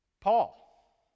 Paul